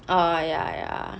err ya ya